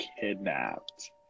kidnapped